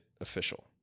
official